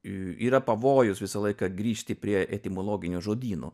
yra pavojus visą laiką grįžti prie etimologinio žodyno